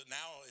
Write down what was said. now